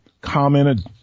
commented